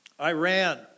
Iran